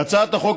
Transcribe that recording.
להצעת החוק,